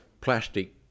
plastic